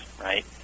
right